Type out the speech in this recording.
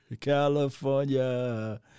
California